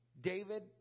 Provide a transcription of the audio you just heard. David